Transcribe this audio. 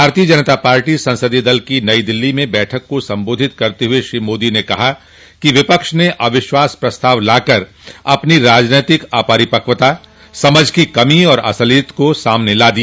भारतीय जनता पार्टी संसदीय दल की नई दिल्ली में बैठक को संबोधित करते हुए श्री मोदी ने कहा कि विपक्ष ने अविश्वास प्रस्ताव लाकर अपनी राजनैतिक अपरिपक्वता समझ की कमी और असलियत को सामने ला दिया